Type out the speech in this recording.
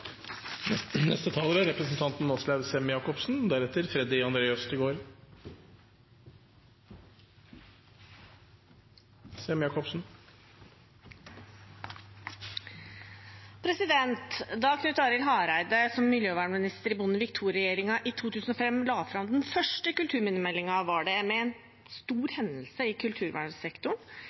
Da Knut Arild Hareide som miljøvernminister i Bondevik II-regjeringen i 2005 la fram den første kulturminnemeldingen, var det en stor hendelse i kulturvernsektoren